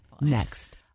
next